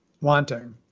wanting